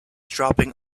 dropping